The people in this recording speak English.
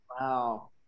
Wow